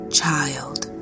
child